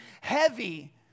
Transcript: heavy